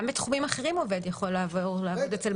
גם בתחומים אחרים עובד יכול לעבור למעסיקים אחרים.